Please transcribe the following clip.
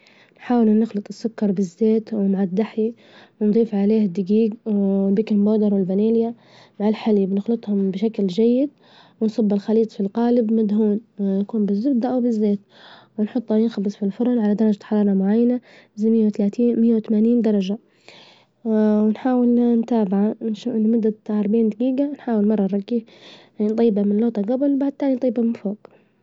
نحاول نخلط السكر بالزيت ومع الدحي، ونظيف عليه دجيج بيكنج بودر، والفانيليا مع الحليب، نخلطهم بشكل جيد، ونصب الخليط في القالب مدهون يكون بالزبدة أوبالزيت، ونحطه ينخبز في الفرن على درجة حرارة معينة زي مية وتلاتين مية وتمانين درجة ونحاول نتابعه لمدة تاع أربعين دجيجة نحاول مرة نرجيه، نطيبه من الأوطى جبل وبعد تالي نطيبه من فوج.